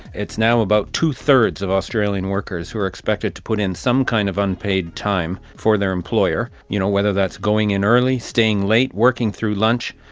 it's now about two-thirds of australian workers who are expected to put in some kind of unpaid time for their employer, you know whether that's going in early, staying late, working through lunch,